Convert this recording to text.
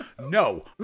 No